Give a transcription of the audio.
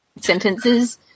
sentences